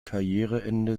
karriereende